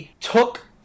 took